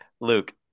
Luke